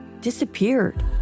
disappeared